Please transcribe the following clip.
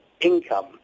income